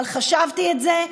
אבל חשבתי את זה,